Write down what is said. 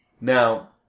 Now